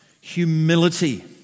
humility